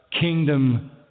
kingdom